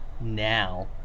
now